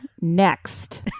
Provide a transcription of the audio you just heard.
Next